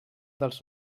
dels